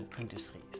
industries